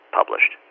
published